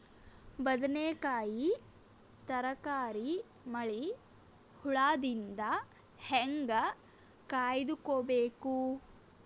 ಬದನೆಕಾಯಿ ತರಕಾರಿ ಮಳಿ ಹುಳಾದಿಂದ ಹೇಂಗ ಕಾಯ್ದುಕೊಬೇಕು?